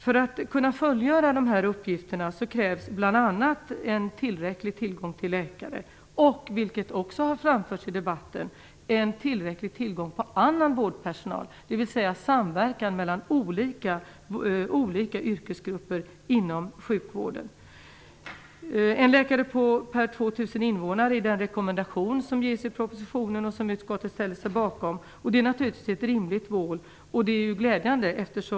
För att kunna fullgöra dessa uppgifter krävs bl.a. en tillräcklig tillgång till läkare och, vilket också har framförts i debatten, till annan vårdpersonal, dvs. samverkan mellan olika yrkesgrupper inom sjukvården. En läkare per 2 000 invånare är den rekommendation som ges i propositionen och som utskottet ställer sig bakom. Det är ett rimligt mål.